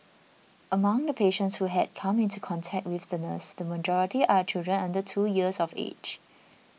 among the patients who had come into contact with the nurse the majority are children under two years of age